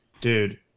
dude